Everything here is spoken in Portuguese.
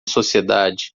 sociedade